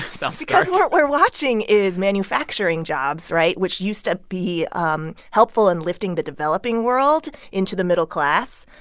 sounds dark. because what we're watching is manufacturing jobs right? which used to be um helpful in lifting the developing world into the middle class.